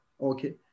okay